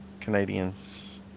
Canadians